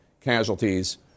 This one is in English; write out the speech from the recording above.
casualties